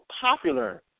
popular